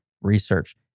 research